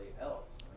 else